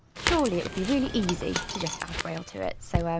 surely it would be really easy to just add braille to it. so, um